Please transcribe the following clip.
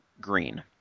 green